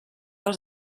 els